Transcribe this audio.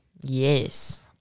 Yes